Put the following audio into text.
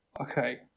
okay